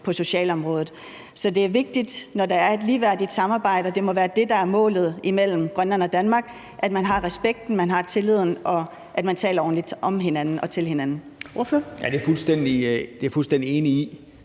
på socialområdet. Så det er vigtigt, når der er et ligeværdigt samarbejde – og det må være det, der er målet – imellem Grønland og Danmark, at man har respekten, at man har tilliden, og at man taler ordentligt om hinanden og til hinanden.